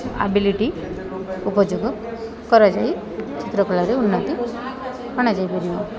ability ଉପଯୋଗ କରାଯାଇ ଚିତ୍ରକଳାରେ ଉନ୍ନତି ଅଣାଯାଇପାରିବ